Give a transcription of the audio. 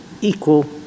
equal